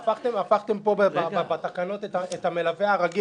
הפכתם פה בתקנות את המלווה הרגיל